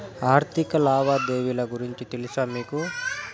ఆర్థిక లావాదేవీల గురించి తెలుసా మీకు